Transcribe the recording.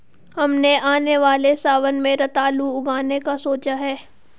हमने आने वाले सावन में रतालू उगाने का सोचा है